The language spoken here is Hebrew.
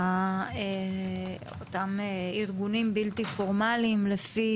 אותם ארגונים בלתי פורמליים, לפי